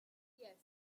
yes